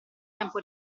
tempo